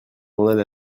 journal